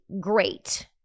great